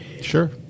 Sure